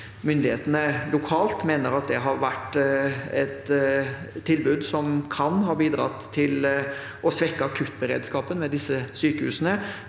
Myndighetene lokalt mener at det har vært et tilbud som kan ha bidratt til å svekke akuttberedskapen ved disse sykehusene.